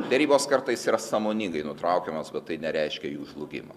derybos kartais yra sąmoningai nutraukiamos bet tai nereiškia jų žlugimą